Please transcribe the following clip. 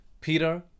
Peter